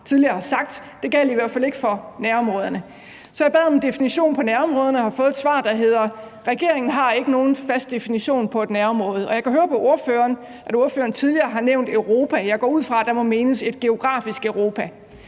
tidligere har sagt, gælder i hvert fald ikke for nærområderne. Så jeg bad om en definition på nærområderne og har fået et svar, der hedder: Regeringen har ikke nogen fast definition på et nærområde. Jeg kan høre på ordføreren, at ordføreren tidligere har nævnt Europa, og jeg går ud fra, at der må menes et geografisk Europa.